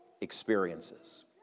experiences